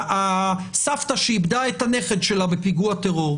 והסבתא שאיבדה את הנכד שלה בפיגוע טרור,